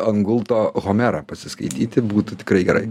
an gulto homerą pasiskaityti būtų tikrai gerai